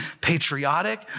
patriotic